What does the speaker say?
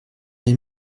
les